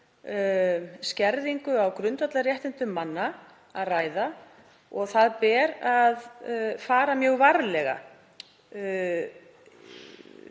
skerðingu á grundvallarréttindum að ræða og það ber að fara mjög varlega